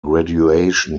graduation